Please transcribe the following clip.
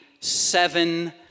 Seven